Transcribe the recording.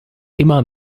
immer